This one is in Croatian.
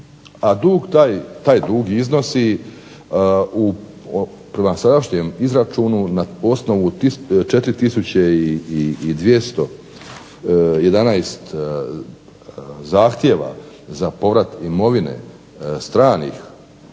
taj iznosi prema sadašnjem izračunu na osnovu 4211 zahtjeva za povrat imovine stranih